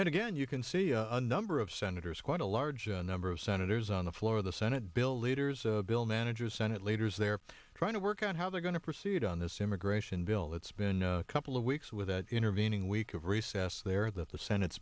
cantwell again you can see a number of senators quite a large number of senators on the floor of the senate bill leaders bill managers senate leaders they're trying to work out how they're going to proceed on this immigration bill that's been a couple of weeks with that intervening week of recess there that the senate